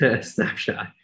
snapshot